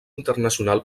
internacional